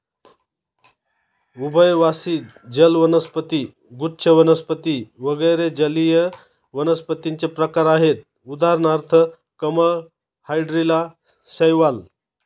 उभयवासी जल वनस्पती, गुच्छ वनस्पती वगैरे जलीय वनस्पतींचे प्रकार आहेत उदाहरणार्थ कमळ, हायड्रीला, शैवाल